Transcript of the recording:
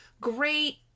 great